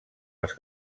les